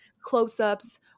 close-ups